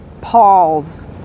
Paul's